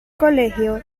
colegio